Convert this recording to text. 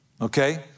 okay